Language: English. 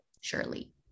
surely